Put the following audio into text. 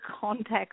context